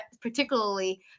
particularly